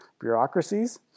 bureaucracies